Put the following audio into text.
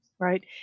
Right